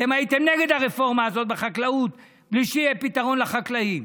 אתם הייתם נגד הרפורמה הזאת בחקלאות בלי שיהיה פתרון לחקלאים.